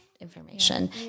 information